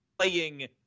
playing